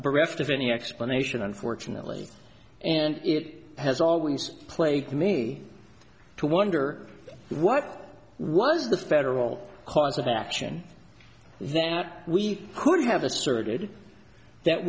bereft of any explanation unfortunately and it has always plagued me to wonder what was the federal cause of action that we could have asserted that